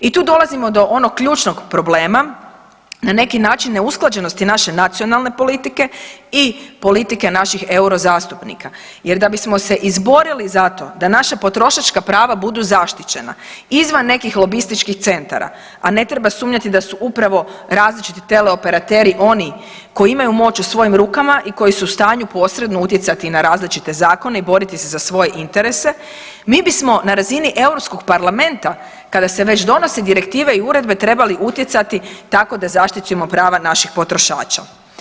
I tu dolazimo do onog ključnog problema na neki način neusklađenosti naše nacionalne politike i politike naših euro zastupnika, jer da bismo se izborili za to da naša potrošačka prava budu zaštićena izvan nekih lobističkih centara, a ne treba sumnjati da su upravo različiti tele operateri oni koji imaju moć u svojim rukama koji su u stanju posredno utjecati na različite zakone i boriti se za svoje interese mi bismo na razini Europskog parlamenta kada se već donosi direktive i uredbe trebali utjecati tako da zaštitimo prava naših potrošača.